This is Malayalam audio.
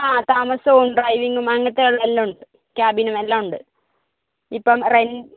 ആ താമസവും ഡ്രൈവിങ്ങും അങ്ങനത്തെയുള്ള എല്ലാം ഉണ്ട് ക്യാബിനും എല്ലാം ഉണ്ട് ഇപ്പം റെൻ